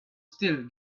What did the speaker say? still